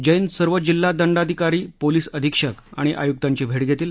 जैन सर्व जिल्हा दंडाधिकारी पोलीस अधिक्षक आणि आयुकांची भेट घेतील